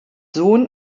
sohn